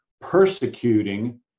persecuting